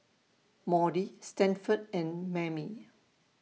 Maudie Stanford and Mammie